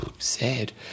Sad